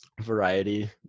variety